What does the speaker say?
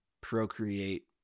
procreate